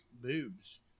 boobs